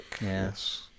Yes